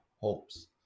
hopes